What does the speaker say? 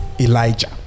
Elijah